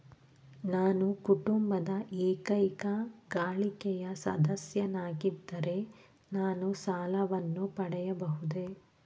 ನಾನು ಕುಟುಂಬದ ಏಕೈಕ ಗಳಿಕೆಯ ಸದಸ್ಯನಾಗಿದ್ದರೆ ನಾನು ಸಾಲವನ್ನು ಪಡೆಯಬಹುದೇ?